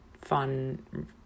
fun